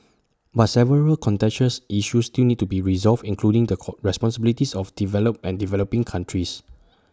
but several contentious issues still need to be resolved including the core responsibilities of developed and developing countries